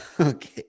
Okay